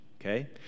Okay